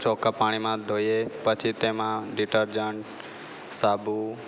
ચોખ્ખા પાણીમાં ધોઈએ પછી તેમાં ડિટરજન્ટ સાબુ